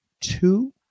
two